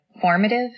formative